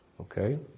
Okay